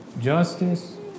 justice